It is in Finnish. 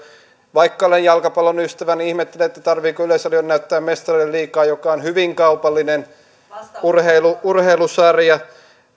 vaikka olen jalkapallon ystävä niin ihmettelen tarvitseeko yleisradion näyttää mestarien liigaa joka on hyvin kaupallinen urheilusarja